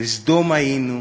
לסדום היינו